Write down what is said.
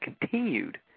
continued